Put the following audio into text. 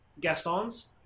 Gaston's